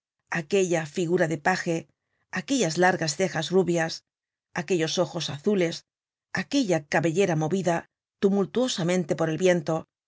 aquella figura de paje aquellas largas cejas rubias aquellos ojos azules aquella cabellera movida tumultuosamente por el viento